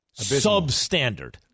substandard